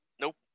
nope